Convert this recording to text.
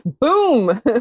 Boom